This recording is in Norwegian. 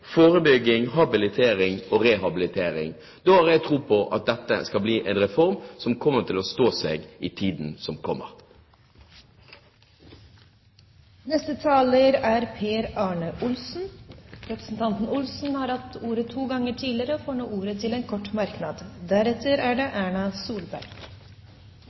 forebygging, habilitering og rehabilitering. Da har jeg tro på at dette skal bli en reform som kommer til å stå seg i tiden som kommer. Representanten Per Arne Olsen har hatt ordet to ganger tidligere og får ordet til en merknad,